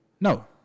No